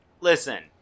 listen